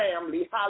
family